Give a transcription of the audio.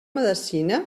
medecina